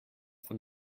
von